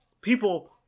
people